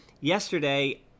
yesterday